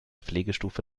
pflegestufe